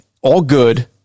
all-good